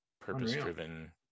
purpose-driven